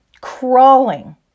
crawling